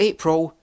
April